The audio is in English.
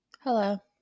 Hello